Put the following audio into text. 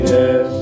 Yes